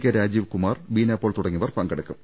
K Rajeevkumar Beena Paul തുടങ്ങിയവർ പങ്കെടുക്കും